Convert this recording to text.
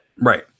Right